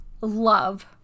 love